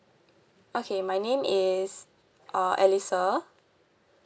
okay my name is uh alisa